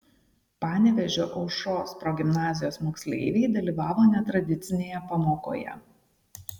panevėžio aušros progimnazijos moksleiviai dalyvavo netradicinėje pamokoje